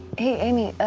aimee,